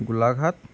Golaghat